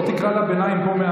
בוא תקרא לה קריאת ביניים פה,